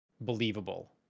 believable